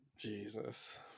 Jesus